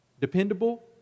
dependable